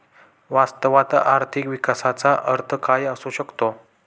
वास्तवात आर्थिक विकासाचा अर्थ काय असू शकतो?